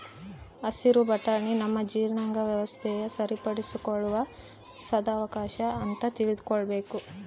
ಹಸಿರು ಬಟಾಣಿ ನಮ್ಮ ಜೀರ್ಣಾಂಗ ವ್ಯವಸ್ಥೆನ ಸರಿಪಡಿಸಿಕೊಳ್ಳುವ ಸದಾವಕಾಶ ಅಂತ ತಿಳೀಬೇಕು